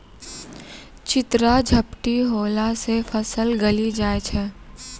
चित्रा झपटी होला से फसल गली जाय छै?